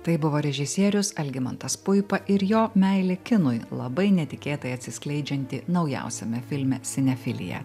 tai buvo režisierius algimantas puipa ir jo meilė kinui labai netikėtai atsiskleidžianti naujausiame filme sinefilija